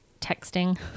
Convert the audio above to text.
texting